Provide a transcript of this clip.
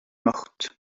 mortes